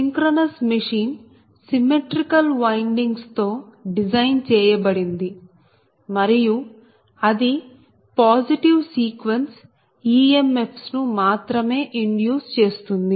synchronous machine symmetrical windings తో design చేయబడింది మరియు అది పాజిటివ్ సీక్వెన్స్ ఈఎంఎఫ్స్ ను మాత్రమే ఇండ్యూస్ చేస్తుంది